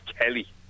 Kelly